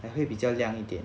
还会比较亮一点